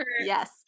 yes